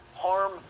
harm